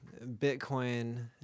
Bitcoin